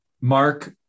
Mark